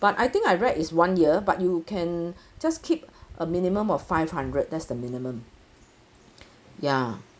but I think I read is one year but you can just keep a minimum of five hundred that's the minimum ya